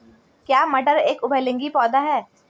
क्या मटर एक उभयलिंगी पौधा है?